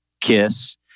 Kiss